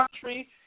country